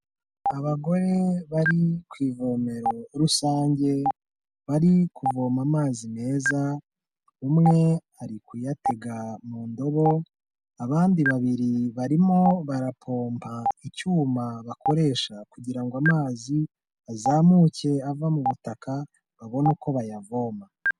Abagore bari ku ivomero rusange, bari kuvoma amazi meza, umwe ari kuyatega mu ndobo, abandi babiri barimo barapompa icyuma bakoresha kugira ngo amazi azamuke ava mu butaka babone uko bayavoma.